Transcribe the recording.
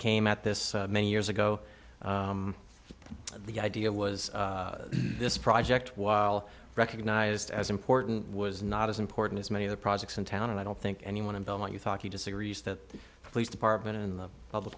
came at this many years ago the idea was this project while recognized as important was not as important as many of the projects in town and i don't think anyone in belmont you thought he disagrees that police department and the public